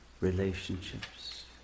relationships